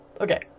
Okay